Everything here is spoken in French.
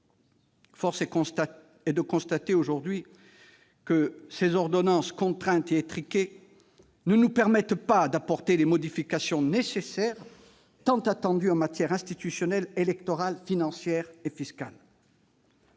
Force est de constater aujourd'hui que ces ordonnances contraintes et étriquées ne nous permettent pas d'apporter les modifications nécessaires tant attendues en matière institutionnelle, électorale, financière et fiscale.